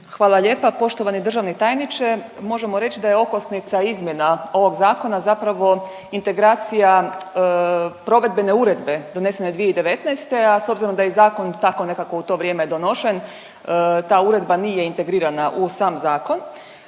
Hvala lijepa. Poštovani državni tajniče možemo reći da je okosnica izmjena ovog zakona zapravo integracija provedbene uredbe donesene 2019., a s obzirom da je zakon tako nekako u to vrijeme donošen ta uredba nije integrirana u sam zakon